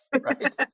Right